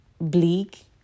bleak